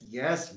yes